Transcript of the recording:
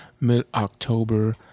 mid-October